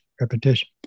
repetition